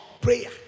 prayer